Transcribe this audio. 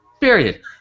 Period